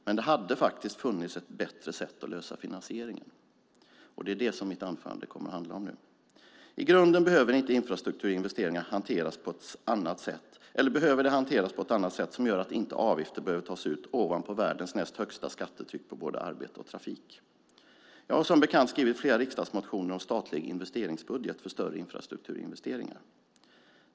Men det hade faktiskt funnits ett bättre sätt att lösa finansieringen, och det är det som mitt anförande nu kommer att handla om. I grunden behöver infrastrukturinvesteringar hanteras på ett annat sätt, som gör att avgifter inte behöver tas ut ovanpå världens näst högsta skattetryck på både arbete och trafik. Jag har som bekant skrivit flera riksdagsmotioner om statlig investeringsbudget för större infrastrukturinvesteringar.